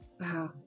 Wow